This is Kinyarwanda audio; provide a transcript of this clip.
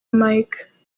mike